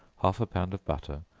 half a pound of butter,